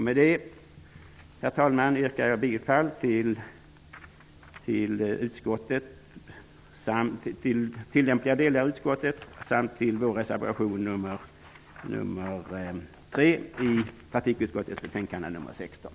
Med det yrkar jag bifall till lämpliga delar av utskottets hemställan samt till vår reservation 3 i trafikutskottets betänkande 16.